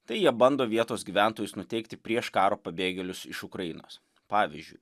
tai jie bando vietos gyventojus nuteikti prieš karo pabėgėlius iš ukrainos pavyzdžiui